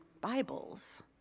Bibles